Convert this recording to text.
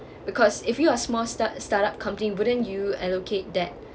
because if you are a small start~ startup company wouldn't you allocate that